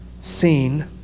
seen